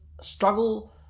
struggle